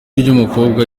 ry’umukobwa